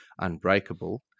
unbreakable